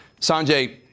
Sanjay